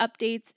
updates